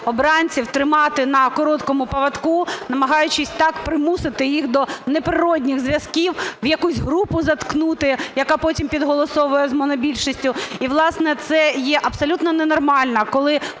обранців тримати на короткому повідку, намагаючись так примусити їх до неприродних зв'язків, в якусь групу заткнути, яка потім підголосовує з монобільшістю. В власне, це є абсолютно ненормально, коли